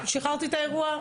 שחררתי את האירוע.